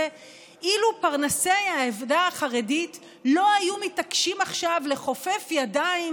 אילו פרנסי העדה החרדית לא היו מתעקשים עכשיו לכופף ידיים,